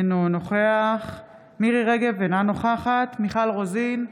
אינו נוכח מירי מרים רגב, אינה נוכחת מיכל רוזין,